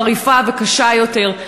חריפה וקשה יותר.